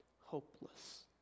hopeless